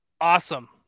awesome